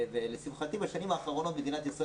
לשמחתי בשנים האחרונות מדינת ישראל